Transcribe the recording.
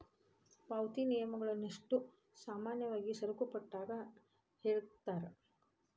ಪಾವತಿ ನಿಯಮಗಳನ್ನಷ್ಟೋ ಸಾಮಾನ್ಯವಾಗಿ ಸರಕುಪಟ್ಯಾಗ ಹೇಳಿರ್ತಾರ